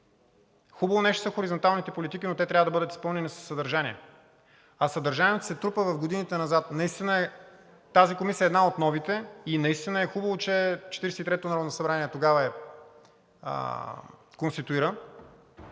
Хубаво нещо са хоризонталните политики, но те трябва да бъдат изпълнени със съдържание, а съдържанието се трупа в годините назад. Тази комисия е една от новите и е хубаво, че 43-тото народно събрание тогава я конституира,